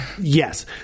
Yes